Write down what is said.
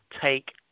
take